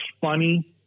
funny